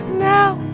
now